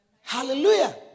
hallelujah